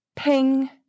ping